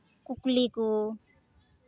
ᱠᱩᱠᱞᱤ ᱠᱚ